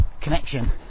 connection